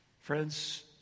Friends